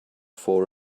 for